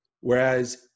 Whereas